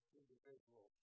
individual